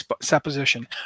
supposition